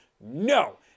no